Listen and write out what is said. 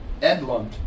Edlund